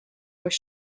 was